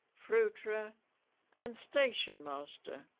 fruiterer and stationmaster